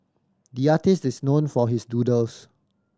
the artist is known for his doodles